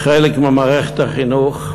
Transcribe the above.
חלק ממערכת החינוך.